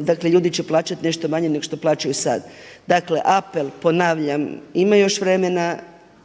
Dakle, ljudi će plaćati nešto manje nego što plaćaju sad. Dakle, apel, ponavljam, ima još vremena.